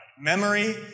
memory